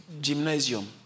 gymnasium